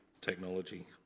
Technology